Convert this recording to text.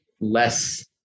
less